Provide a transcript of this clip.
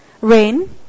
Rain